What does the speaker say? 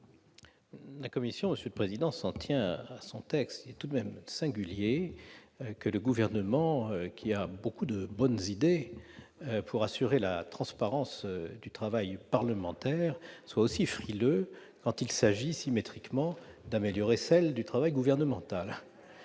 la commission ? La commission s'en tient à son texte. Il est tout de même singulier que le Gouvernement, qui a beaucoup de bonnes idées pour assurer la transparence du travail parlementaire, soit aussi frileux quand il s'agit, symétriquement, d'améliorer celle du travail gouvernemental.